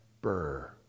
Burr